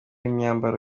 imyambaro